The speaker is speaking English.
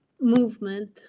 movement